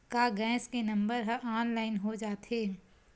का गैस के नंबर ह ऑनलाइन हो जाथे?